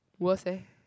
worst leh